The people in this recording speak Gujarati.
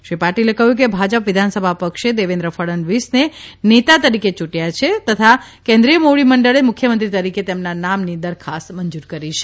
શ્રી પાટીલે કહ્યુ કે ભાજપ વિધાનસભા પક્ષે દેવેન્દ્ર ફડણવીસને નેતા તરીકે યૂંટયા છે તથા કેન્દ્રીય મોવડી મંડળે મુખ્યમંત્રી તરીકે તેમના નામની દરખાસ્ત મંજુર કરી છે